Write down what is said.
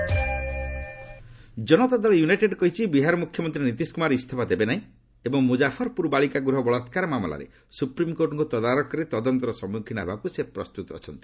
JDU opposition Janata Dal United କହିଛି ବିହାର ମୁଖ୍ୟମନ୍ତ୍ରୀ ନିତୀଶ କୁମାର ଇସ୍ତଫା ଦେବେ ନାହିଁ ଏବଂ ମୁଜାଫର୍ପୁର ବାଳିକା ଗୃହ ବଳାକ୍ୱାର ମାମଲାରେ ସୁପ୍ରିମ୍କୋର୍ଟଙ୍କ ତଦାରଖରେ ତଦନ୍ତର ସମ୍ମୁଖୀନ ହେବାକୁ ସେ ପ୍ରସ୍ତୁତ ଅଛନ୍ତି